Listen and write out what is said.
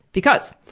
because,